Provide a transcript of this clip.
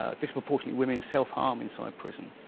ah disproportionately, women self-harm inside prison.